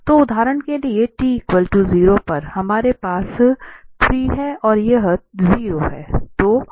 तो उदाहरण के लिए t 0 पर हमारे पास 3 है और यह 0 है